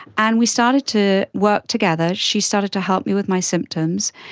and we started to work together. she started to help me with my symptoms.